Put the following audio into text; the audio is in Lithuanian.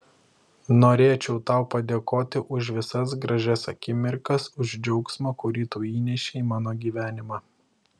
norėčiau tau padėkoti už visas gražias akimirkas už džiaugsmą kurį tu įnešei į mano gyvenimą